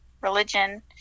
religion